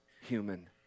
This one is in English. human